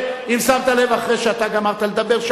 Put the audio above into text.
אחרי שאתה גמרת לדבר,